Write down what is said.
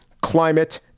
climate